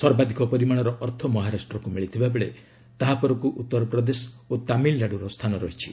ସର୍ବାଧିକ ପରିମାଣର ଅର୍ଥ ମହାରାଷ୍ଟ୍ରକୁ ମିଳିଥିବାବେଳେ ତାହାପରକୁ ଉତ୍ତରପ୍ରଦେଶ ଓ ତାମିଲନାଡ଼ୁର ସ୍ଥାନ ରହିଛି